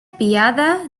pillada